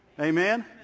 Amen